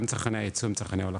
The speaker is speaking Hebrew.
גם צרכני הייצוא הם צרכני הולכה.